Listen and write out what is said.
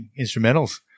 instrumentals